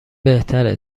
بهتره